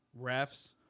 refs